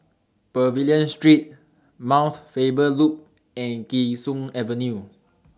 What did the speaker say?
Pavilion Street Mount Faber Loop and Kee Sun Avenue